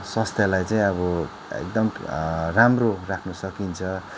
स्वास्थ्यलाई चाहिँ अब एकदम राम्रो राख्न सकिन्छ